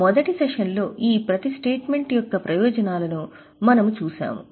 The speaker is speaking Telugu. మొదటి సెషన్లో ఈ ప్రతి స్టేట్మెంట్ యొక్క ప్రయోజనాలను మనము చూశాము